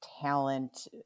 talent